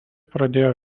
pradėjo